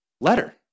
letter